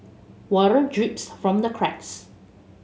water drips from the cracks